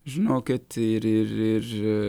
žinokit ir ir ir